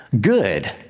good